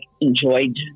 enjoyed